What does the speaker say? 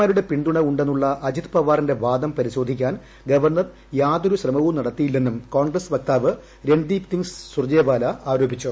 മാരുടെ പിന്തുണ ഉണ്ടെന്നുള്ള അജിത് പവാറിന്റെ വാദം പരിശോധിക്കാൻ ഗവർണർ യാതൊരു ശ്രമവും നടത്തിയില്ലെന്നും കോൺഗ്രസ് വക്താവ് രൺദീപ് സിംഗ് സുർജെവാല ആരോപിച്ചു